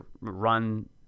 run